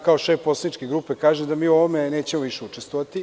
Kao šef poslaničke grupe kažem da mi u ovome nećemo više učestvovati.